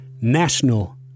national